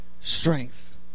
strength